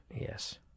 Yes